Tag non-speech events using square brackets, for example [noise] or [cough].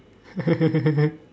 [laughs]